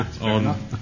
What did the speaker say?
on